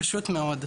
פשוט מאוד.